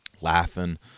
laughing